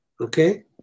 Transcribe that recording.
okay